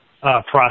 process